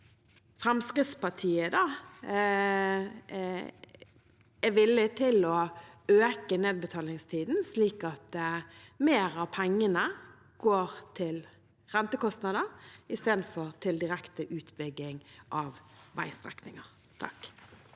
Fremskrittspartiet er villig til å øke nedbetalingstiden, slik at mer av pengene går til rentekostnader istedenfor til direkte utbygging av veistrekninger. André